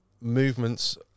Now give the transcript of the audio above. movements